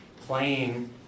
playing